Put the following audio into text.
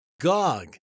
Gog